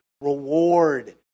reward